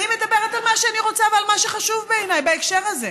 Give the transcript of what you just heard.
אני מדברת על מה שאני רוצה ועל מה שחשוב בעיניי בהקשר הזה.